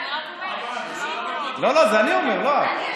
זה אני אומר, לא את.